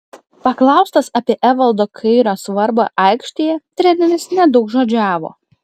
paklaustas apie evaldo kairio svarbą aikštėje treneris nedaugžodžiavo